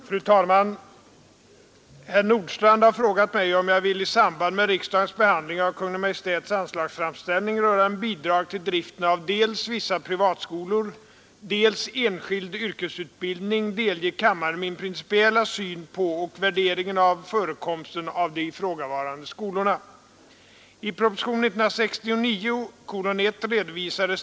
Fru talman! Herr Nordstrandh har frågat mig, om jag vill i samband med riksdagens behandling av Kungl. Maj:ts anslagsframställning rörande bidrag till driften av dels vissa privatskolor, dels enskild yrkesutbildning delge kammaren min principiella syn på och värdering av förekomsten av de ifrågavarande skolorna.